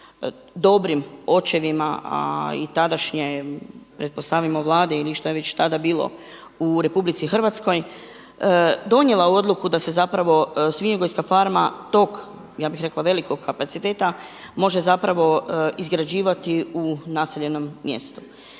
dobrim očevima a i tadašnjem pretpostavimo Vladi ili šta je već tada bilo u RH donijela odluku da se zapravo svinjogojska farma, tog, ja bih rekla velikog kapaciteta može zapravo izgrađivati u naseljenom mjestu.